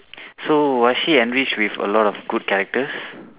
so was she enriched with a lot of good characters